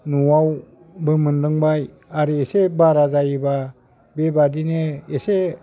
न'आवबो मोनलोंबाय आरो एसे बारा जायोबा बेबादिनो एसे